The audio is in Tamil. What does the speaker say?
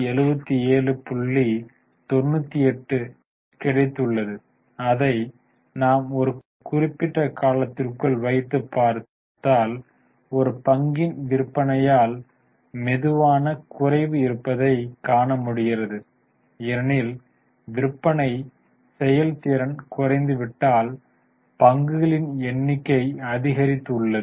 98 கிடைத்துள்ளது அதை நாம் ஒரு குறிப்பிட்ட காலத்திற்குள் வைத்து பார்த்தால் ஒரு பங்கின் விற்பனையில் மெதுவான குறைவு இருப்பதை காண முடிகிறது ஏனெனில் விற்பனை செயல்திறன் குறைந்துவிட்டால் பங்குகளின் எண்ணிக்கை அதிகரித்துள்ளது